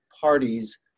parties